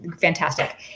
fantastic